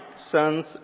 sons